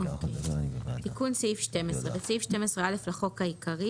תיקון סעיף 129.בסעיף 12(א) לחוק העיקרי